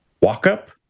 walk-up